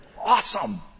Awesome